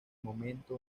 momento